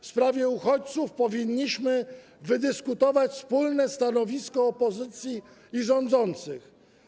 W sprawie uchodźców powinniśmy wydyskutować wspólne stanowisko opozycji i rządzących.